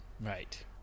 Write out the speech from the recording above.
right